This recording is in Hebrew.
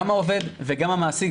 גם העובד וגם המעסיק.